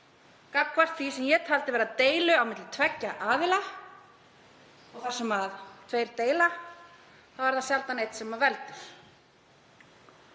gagnvart því sem ég taldi vera deilu á milli tveggja aðila. Og þar sem tveir deila er það sjaldan einn sem veldur.